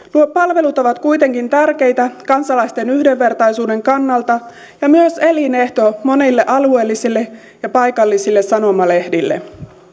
nuo palvelut ovat kuitenkin tärkeitä kansalaisten yhdenvertaisuuden kannalta ja myös elinehto monille alueellisille ja paikallisille sanomalehdille